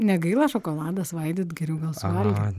negaila šokoladą svaidyt geriau gal suvalgyt